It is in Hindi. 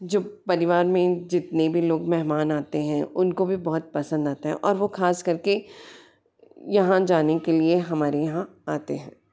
जब परिवार में जितने भी लोग मेहमान आते हैं उनको भी बहुत पसंद आता है और वो ख़ास कर के यहाँ जाने के लिए हमारे यहाँ आते हैं